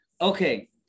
okay